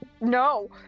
No